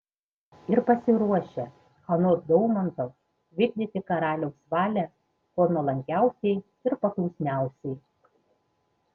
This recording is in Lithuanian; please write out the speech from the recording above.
ir pasiruošę anot daumanto vykdyti karaliaus valią kuo nuolankiausiai ir paklusniausiai